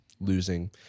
losing